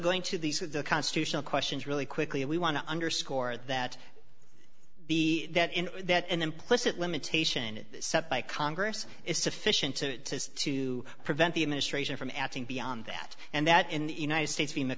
going to these are the constitutional questions really quickly we want to underscore that the that in that an implicit limitation it set by congress is sufficient to to prevent the administration from acting beyond that and that in the united states in the